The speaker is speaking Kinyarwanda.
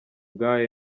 bwa